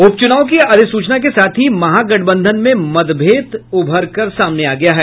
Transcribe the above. उपचुनाव की अधिसूचना के साथ ही महागठबंधन में मतभेद उभर कर सामने आ गया है